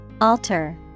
Alter